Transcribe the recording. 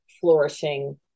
flourishing